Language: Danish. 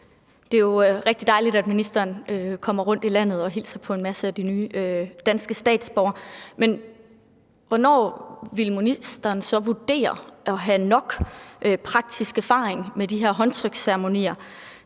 Det er jo rigtig dejligt, at ministeren kommer rundt i landet og hilser på en masse af de nye danske statsborgere, men hvornår vil ministeren så vurdere at have nok praktisk erfaring med de her håndtryksceremonier